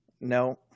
No